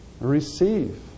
Receive